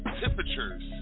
temperatures